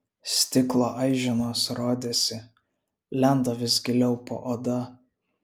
stiklo aiženos rodėsi lenda vis giliau po oda